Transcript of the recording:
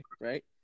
right